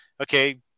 okay